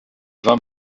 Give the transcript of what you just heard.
vin